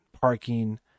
parking